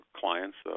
clients